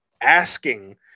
asking